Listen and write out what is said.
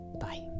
Bye